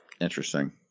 Interesting